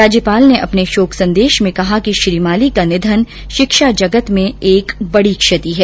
राज्यपाल ने अपने शोक संदेश में कहा कि श्रीमाली का निधन शिक्षा जगत में एक बड़ी क्षति है